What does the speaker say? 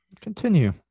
Continue